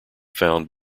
found